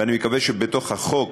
ואני מקווה שבתוך החוק